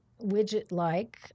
widget-like